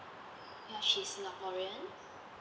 ya she is singaporean